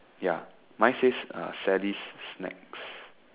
ya mine says uh Sally's snacks